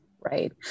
right